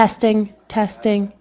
testing testing